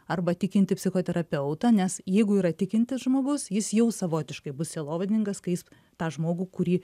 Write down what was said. arba tikintį psichoterapeutą nes jeigu yra tikintis žmogus jis jau savotiškai bus sielovadininkas kai jis tą žmogų kurį